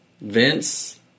Vince